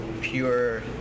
pure